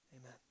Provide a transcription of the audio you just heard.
amen